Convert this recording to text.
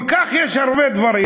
יש כל כך הרבה דברים,